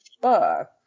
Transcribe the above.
book